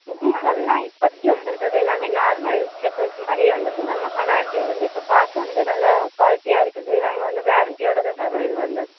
new மாடெல்லாம் இப்போதிக்கி வந்து இருக்கிறது எல்லாமே நார்மல் செப்பல்ஸ் மாதிரியே வந்துருக்குது மேம் ஆனால் இது வந்து இப்போ பார்க்க வந்து நல்லா குவாலிட்டியாக இருக்குது நாங்கள் வந்து வெரெண்டியோட தான் தரோம் எதுவாக இருந்தாலும்